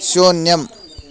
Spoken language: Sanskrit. शून्यम्